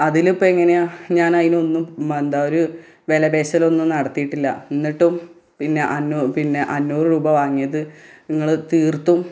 അതിന് ഇപ്പോൾ എങ്ങനെയാണ് ഞാൻ അതിനൊന്നും മന്താ ഒരു വില പേശലൊന്നും നടത്തിയിട്ടില്ല എന്നിട്ടും പിന്നെ അന്നു പിന്നെ അഞ്ഞൂറ് രൂപ വാങ്ങിയത് നിങ്ങൾ തീർത്തും